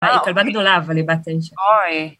היא כלבה גדולה, אבל היא בת 9. אוי...